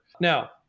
Now